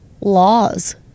laws